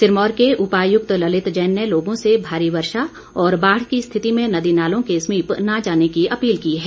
सिरमौर के उपायुक्त ललित जैन ने लोगों से भारी वर्षा और बाढ़ की स्थिति में नदी नालों के समीप न जाने की अपील की है